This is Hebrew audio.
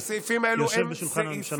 אתה יושב בשולחן הממשלה.